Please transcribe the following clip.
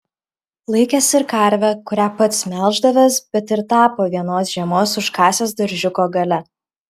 laikęs ir karvę kurią pats melždavęs bet ir tą po vienos žiemos užkasęs daržiuko gale